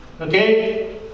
Okay